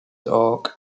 oak